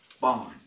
bond